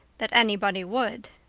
that anybody would.